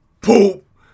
poop